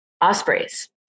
ospreys